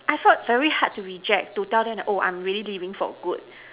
I felt very hard to reject to tell them that oh I'm really leaving for good